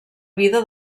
vida